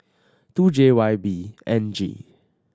two J Y B N G